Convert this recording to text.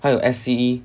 还有 S_C_E